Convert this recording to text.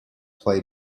play